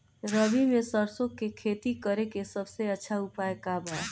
रबी में सरसो के खेती करे के सबसे अच्छा उपाय का बा?